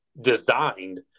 designed